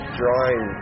drawing